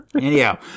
anyhow